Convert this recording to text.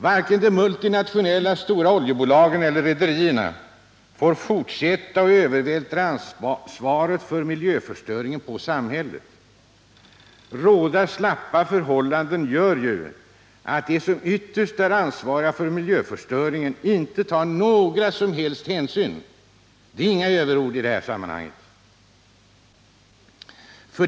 Varken de multinationella stora oljebolagen eller rederierna får fortsätta att övervältra ansvaret för miljöförstöringen på samhället. Rådande slappa förhållande gör ju att de som ytterst är ansvariga för miljöförstöringen inte tar några som helst hänsyn. Detta är inga överord i det här sammanhanget.